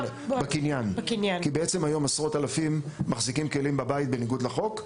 כי בעצם היום עשרות אלפים מחזיקים כלים בבית בניגוד לחוק,